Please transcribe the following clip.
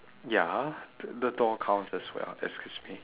ya the the door counts as well excuse me